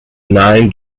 nine